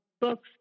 books